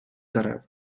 дерев